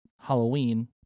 Halloween